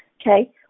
Okay